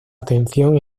atención